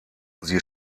sie